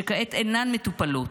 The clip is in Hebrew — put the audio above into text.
שכעת אינן מטופלות,